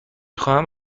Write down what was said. خواهم